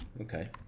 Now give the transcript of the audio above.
Okay